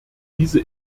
diese